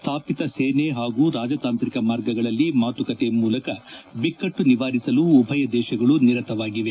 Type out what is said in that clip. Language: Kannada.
ಸ್ಥಾಪಿತ ಸೇನೆ ಹಾಗೂ ರಾಜತಾಂತ್ರಿಕ ಮಾರ್ಗಗಳಲ್ಲಿ ಮಾತುಕತೆ ಮೂಲಕ ಬಿಕಟ್ನು ನಿವಾರಿಸಲು ಉಭಯ ದೇಶಗಳೂ ನಿರತವಾಗಿವೆ